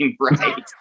right